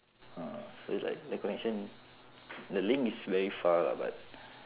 ah so it's like the question the link is very far lah but